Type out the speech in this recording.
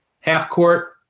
half-court